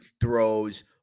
throws